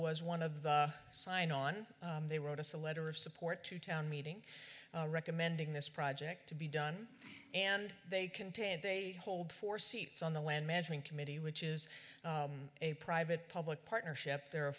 was one of the sign on they wrote us a letter of support to town meeting recommending this project to be done and they contain they hold four seats on the land management committee which is a private public partnership there are